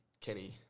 Kenny